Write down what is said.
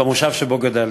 במושב שבו גדלתי.